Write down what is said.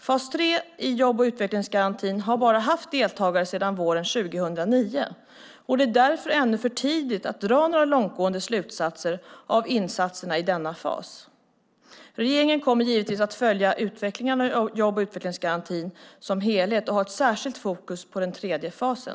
Fas 3 i jobb och utvecklingsgarantin har bara haft deltagare sedan våren 2009, och det är därför ännu för tidigt att dra några långtgående slutsatser av insatserna i denna fas. Regeringen kommer givetvis att följa utvecklingen av jobb och utvecklingsgarantin som helhet och ha ett särskilt fokus på den tredje fasen.